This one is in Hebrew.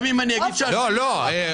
גם אם אני אגיד --- לא לא, רון.